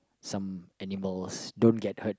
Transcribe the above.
some animals don't get hurt